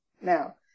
Now